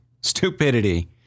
stupidity